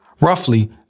roughly